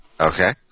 Okay